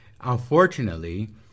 unfortunately